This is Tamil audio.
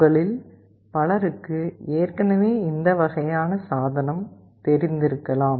உங்களில் பலருக்கு ஏற்கனவே இந்த வகையான சாதனம் தெரிந்திருக்கலாம்